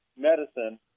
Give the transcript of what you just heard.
medicine